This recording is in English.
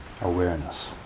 awareness